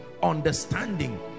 Understanding